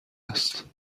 است